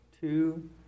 two